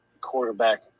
quarterback